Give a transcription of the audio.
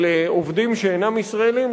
של עובדים שאינם ישראלים,